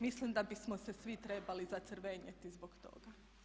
Mislim da bismo se svi trebali zacrvenjeti zbog toga.